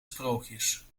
sprookjes